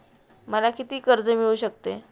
मला किती कर्ज मिळू शकते?